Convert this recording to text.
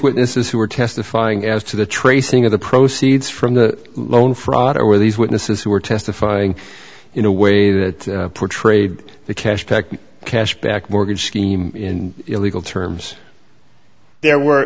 witnesses who were testifying as to the tracing of the proceeds from the loan fraud or where these witnesses who were testifying in a way that portrayed the cash back to cash back mortgage scheme in legal terms there were